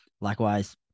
Likewise